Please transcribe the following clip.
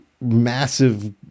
massive